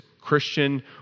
Christian